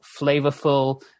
flavorful